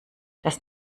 das